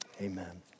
amen